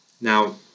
Now